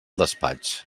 despatx